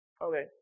Okay